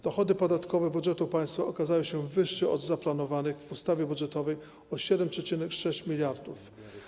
Dochody podatkowe budżetu państwa okazały się wyższe od zaplanowanych w ustawie budżetowej o 7,6 mld.